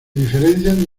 diferencian